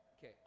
Okay